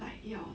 like 要